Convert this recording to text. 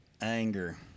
anger